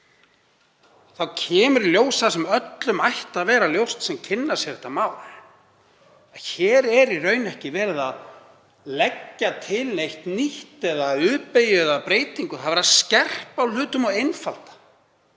þá kemur í ljós það sem öllum ætti að vera ljóst sem kynna sér það. Hér er í raun ekki verið að leggja til neitt nýtt eða U-beygju eða breytingu. Það er verið að skerpa á hlutum og einfalda.